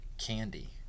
candy